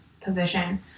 position